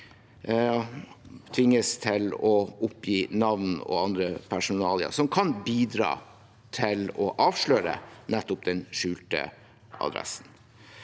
tvinges til å oppgi navn og andre personalia som kan bidra til å avsløre den skjulte adressen.